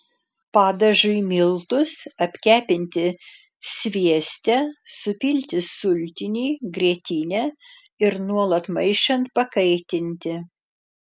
padažui miltus apkepinti svieste supilti sultinį grietinę ir nuolat maišant pakaitinti